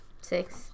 Six